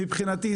מבחינתי,